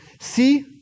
See